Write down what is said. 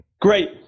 Great